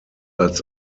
als